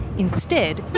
instead,